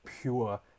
pure